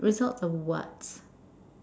result of what